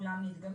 כולם נדגמים.